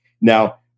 now